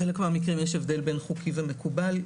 בחלק מהמקרים יש הבדל בין חוקי ומקובל.